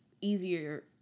easier